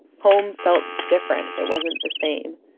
home felt different, it wasn't the same.